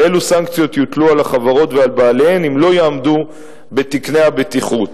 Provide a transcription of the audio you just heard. ואילו סנקציות יוטלו על החברות ועל בעליהן אם לא יעמדו בתקני הבטיחות.